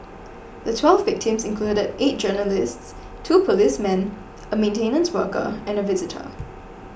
the twelve victims included eight journalists two policemen a maintenance worker and a visitor